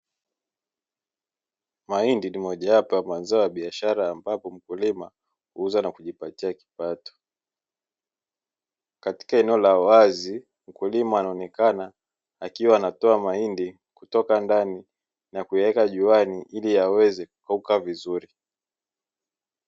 Mahindi ni mojawapo ya mazao ya biashara ambapo mkulima huuza na kujipatia kipato, katika eneo la wazi mkulima anaonekana akiwa anatoa mahindi kutoka ndani na kuyaweka juani ili yaweze kukauka vizuri.